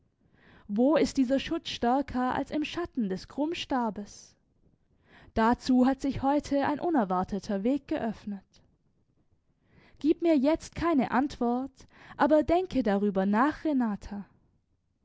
wo ist dieser schutz stärker als im schatten des krummstabes dazu hat sich heute ein unerwarteter weg geöffnet gib mir jetzt keine antwort aber denke darüber nach renata